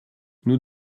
nous